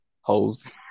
Holes